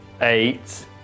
eight